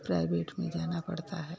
private में जाना पड़ता है